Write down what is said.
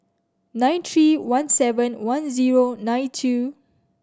nine three one seven one zero nine two